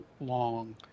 long